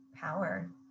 power